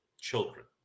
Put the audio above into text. children